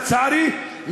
לצערי,